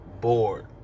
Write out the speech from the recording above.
bored